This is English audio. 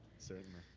certainly.